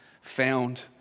found